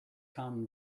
common